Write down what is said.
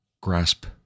grasp